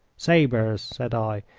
sabres, said i.